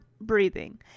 breathing